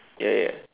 ya